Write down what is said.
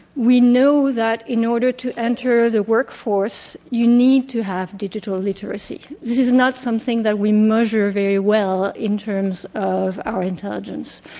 we knew that in order to enter the workforce, you need to have digital literacy. this is not something that we measure very well, in terms of our intelligence.